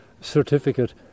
certificate